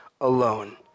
alone